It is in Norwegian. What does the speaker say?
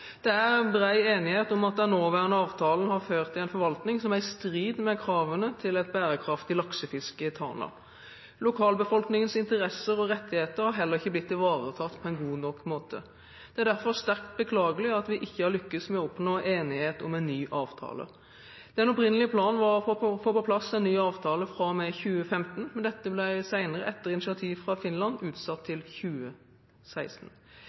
Det er bred enighet om at den nåværende avtalen har ført til en forvaltning som er i strid med kravene til et bærekraftig laksefiske i Tana. Lokalbefolkningens interesser og rettigheter har heller ikke blitt ivaretatt på en god nok måte. Det er derfor sterkt beklagelig at vi ikke har lyktes med å oppnå enighet om en ny avtale. Den opprinnelige planen var å få på plass en ny avtale fra og med 2015, men dette ble senere – etter initiativ fra Finland – utsatt til 2016.